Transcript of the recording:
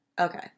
Okay